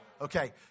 Okay